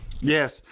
Yes